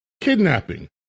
Kidnapping